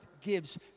gives